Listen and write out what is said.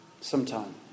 sometime